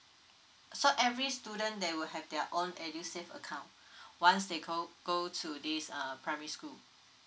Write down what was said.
so every student they will have their own edusave account once they go go to this uh primary school